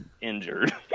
injured